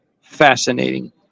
fascinating